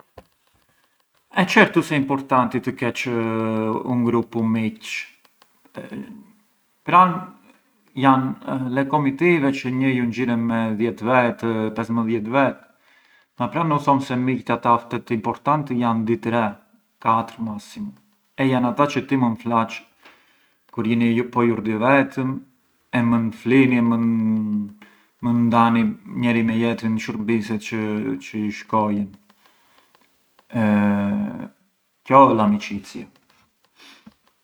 E certu se ë importanti sa të kesh un gruppu miqësh, pran jan le comitive çë një junxhiret me dhjet vetë, pes e më dhjet vetë, ma pran u thom se miqët ata ftet importanti jan dy, tre, katër massimu, e jan ata çë ti mënd flaç kur jini po ju dy vetëm e mënd flini e mënd ndani njeri mbi jetrin shurbise çë ju shkojën, qo ë l’amicizia.